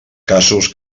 casos